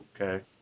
Okay